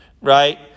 right